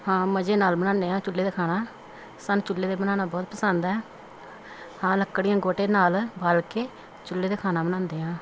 ਹਾਂ ਮਜੇ ਨਾਲ ਬਣਾਉਂਦੇ ਹਾਂ ਚੁੱਲ੍ਹੇ 'ਤੇ ਖਾਣਾ ਸਾਨੂੰ ਚੁੱਲ੍ਹੇ 'ਤੇ ਬਣਾਉਣਾ ਬਹੁਤ ਪਸੰਦ ਹੈ ਹਾਂ ਲੱਕੜੀਆਂ ਗੋਟੇ ਨਾਲ ਬਾਲ ਕੇ ਚੁੱਲ੍ਹੇ 'ਤੇ ਖਾਣਾ ਬਣਾਉਂਦੇ ਹਾਂ